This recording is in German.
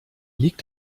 liegt